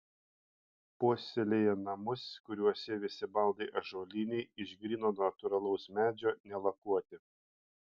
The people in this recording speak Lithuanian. puoselėja namus kuriuose visi baldai ąžuoliniai iš gryno natūralaus medžio nelakuoti